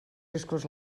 riscos